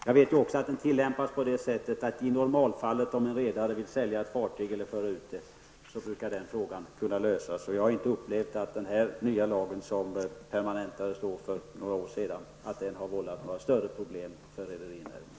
Den tillämpas också i normalfallet på det sättet att om en redare vill sälja ett fartyg eller föra ut det brukar den frågan kunna lösas. Jag har inte upplevt att den här nya lagen som permanentades för några år sedan vållat några stora problem för rederinäringen.